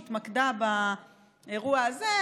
שהתמקדה באירוע הזה,